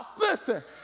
Listen